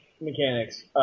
mechanics